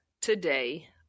today